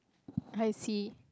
I see